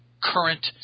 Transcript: current